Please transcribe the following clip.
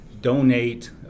donate